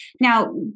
Now